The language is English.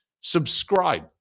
subscribe